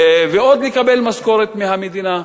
על לא עוול בכפם, ועוד לקבל משכורת מהמדינה.